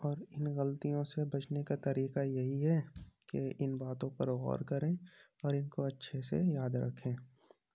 اور اِن غلطیوں سے بچنے کا طریقہ یہی ہے کہ اِن باتوں پر غور کریں اور اِن کو اچھے سے یاد رکھیں